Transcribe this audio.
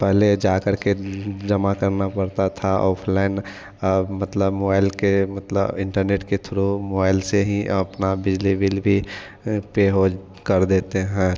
पहले जा करके जमा करना पड़ता था ऑफलाइन अब मतलब मोआईल के मतल इंटरनेट के थ्रु मोआईल से ही अपना बिजली बिल भी पे हो कर देते हैं